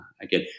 again